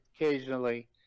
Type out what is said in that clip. occasionally